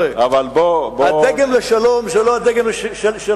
אני אומר לכם, חבר'ה, הדגם לשלום זה לא הדגם שלכם.